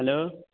hello